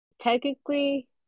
technically